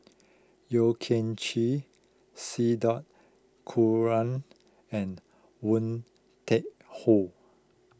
Yeo Kian Chye C dot Kunalan and Woon Tai Ho